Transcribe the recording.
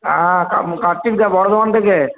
হ্যাঁ কার্তিকদা বর্ধমান থেকে